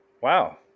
Wow